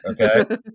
okay